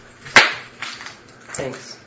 Thanks